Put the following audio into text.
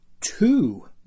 two